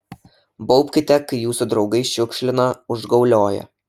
baubkite kai jūsų draugai šiukšlina užgaulioja